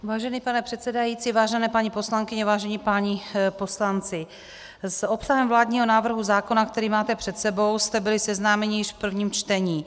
Vážený pane předsedající, vážené paní poslankyně, vážení páni poslanci, s obsahem vládního návrhu zákona, který máte před sebou, jste byli seznámeni již v prvním čtení.